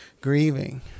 grieving